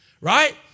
Right